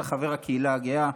אתה חבר הקהילה הגאה,